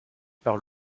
par